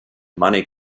money